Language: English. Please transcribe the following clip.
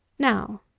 now,